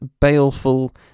baleful